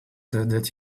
that